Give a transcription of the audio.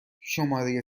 شماره